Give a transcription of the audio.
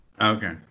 Okay